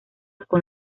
con